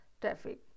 traffic